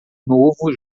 novo